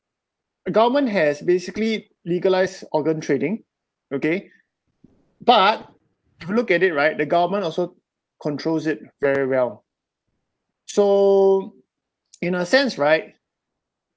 government has basically legalised organ trading okay but if you look at it right the government also controls it very well so in a sense right